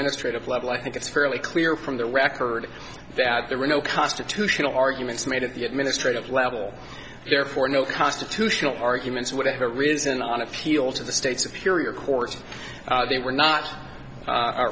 administrative level i think it's fairly clear from the record that there were no constitutional arguments made at the administrative level therefore no constitutional arguments or whatever reason on appeal to the states a period court they were not